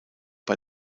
bei